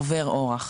עוֹבֵר אוֹרַח."